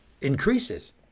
increases